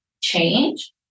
change